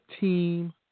Team